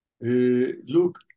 Look